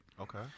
Okay